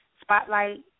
spotlight